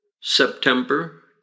September